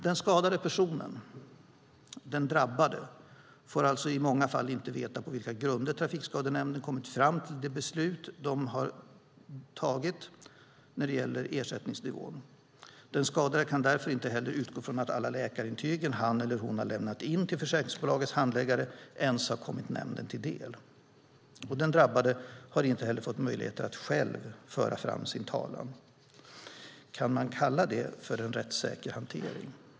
Den skadade personen, den drabbade, får alltså i många fall inte veta på vilka grunder Trafikskadenämnden kommit fram till det beslut de har tagit när det gäller ersättningsnivån. Den skadade kan därför inte heller utgå från att alla de läkarintyg han eller hon har lämnat in till försäkringsbolagets handläggare ens har kommit nämnden till del. Den drabbade har inte heller fått möjlighet att själv föra fram sin talan. Kan man kalla det för en rättssäker hantering?